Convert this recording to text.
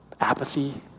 apathy